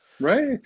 Right